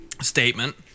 statement